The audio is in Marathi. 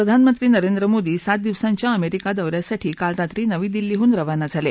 प्रधानमंत्री नरेंद्र मोदी सात दिवसांच्या अमेरिका दौ यासाठी काल रात्री नवी दिल्लीहून खाना झाले